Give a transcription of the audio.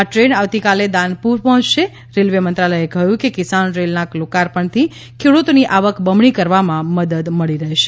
આ ટ્રેન આવતીકાલે દાનપુર પહોંચશે રેલવે મંત્રાલયે કહ્યું કે કિસાન રેલના લોકાર્પણથી ખેડૂતોની આવક બમણી કરવામાં મદદ મળી રહેશે